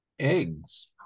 eggs